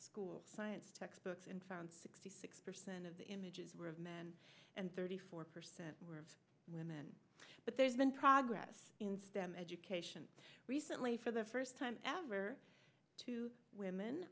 school science textbooks and found sixty six percent of the images were of men and thirty four percent of women but there's been progress in stem education recently for the first time ever two women